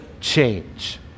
change